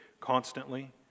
constantly